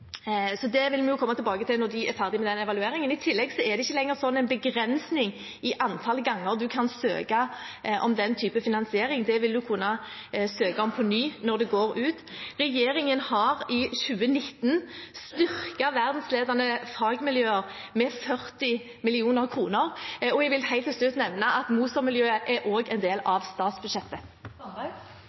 så det vil vi komme tilbake til når de er ferdige med den evalueringen. I tillegg er det ikke lenger en begrensning i antall ganger en kan søke om den typen finansiering; den vil en kunne søke om på ny når den går ut. Regjeringen har i 2019 styrket verdensledende fagmiljøer med 40 mill. kr, og jeg vil helt til slutt nevne at Moser-miljøet også er en del av statsbudsjettet.